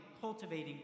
cultivating